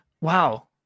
Wow